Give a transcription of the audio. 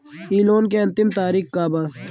इ लोन के अन्तिम तारीख का बा?